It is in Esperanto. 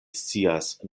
scias